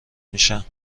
میشن